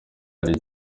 hari